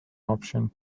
option